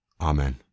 Amen